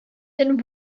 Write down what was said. then